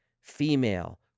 female